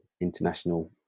international